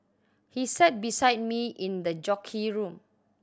he sat beside me in the jockey room